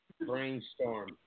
Brainstorm